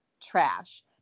trash